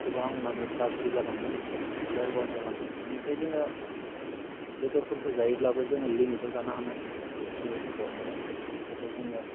गोबां माने गाज्रि जालांगोन लोरबां जालांगोन बेनिफ्राय जोङो बेदरफोरखौ जायोब्लाबो जोङो लिमिटेडआव जानो हानांगोन बा दरसे दरनै दरथाम बेनिफ्राय जोङो